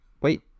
wait